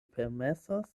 permesas